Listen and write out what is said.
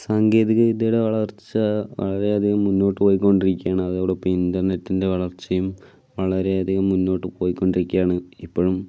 സാങ്കേതികവിദ്യയുടെ വളർച്ച വളരെയധികം മുന്നോട്ട് പൊയ്ക്കൊണ്ടിരിക്കുകയാണ് അതോടൊപ്പം ഇന്റർനെറ്റിന്റെ വളർച്ചയും വളരെയധികം മുന്നോട്ട് പോയികൊണ്ടിരിക്കുകയാണ് ഇപ്പോഴും